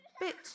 Bit